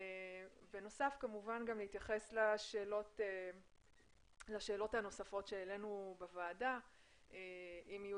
בנוסף להתייחס לשאלות הנוספות שהעלינו בוועדה אם יהיו